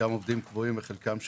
חלקם עובדים קבועים וחלקם שעתיים.